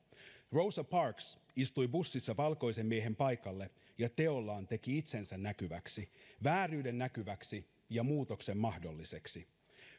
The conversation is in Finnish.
rosa parks istui bussissa valkoisen miehen paikalle ja teollaan teki itsensä näkyväksi vääryyden näkyväksi ja muutoksen mahdolliseksi